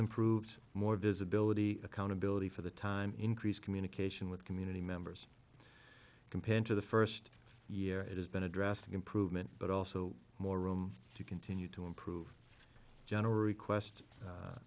improved more visibility accountability for the time increase communication with community members compared to the first year it has been a drastic improvement but also more room to continue to improve general request